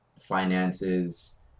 finances